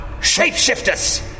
Shapeshifters